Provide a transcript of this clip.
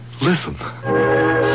Listen